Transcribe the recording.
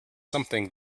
something